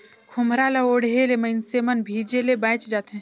खोम्हरा ल ओढ़े ले मइनसे मन भीजे ले बाएच जाथे